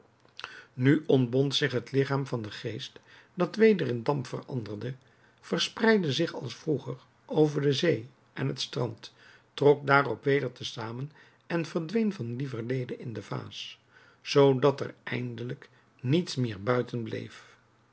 nu ontbond zich het ligchaam van den geest dat weder in damp veranderde verspreidde zich als vroeger over de zee en het strand trok daarop weder te zamen en verdween van lieverlede in de vaas zoodat er eindelijk niets meer buiten bleef